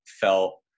felt